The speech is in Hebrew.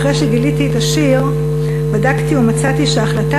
אחרי שגיליתי את השיר בדקתי ומצאתי שההחלטה